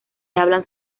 hablan